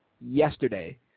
yesterday